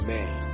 Man